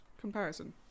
comparison